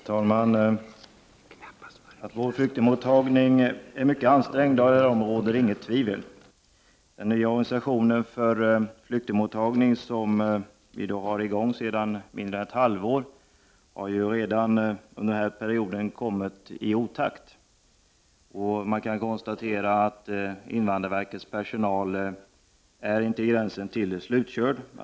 Herr talman! Det råder inget tvivel om att vårt flyktingmottagande är mycket ansträngt. Den nya organisationen för flyktingmottagning som är i gång sedan mindre än ett halvår har redan under denna period kommit i otakt. Man kan konstatera att invandrarverkets personal är på gränsen till slutkörd.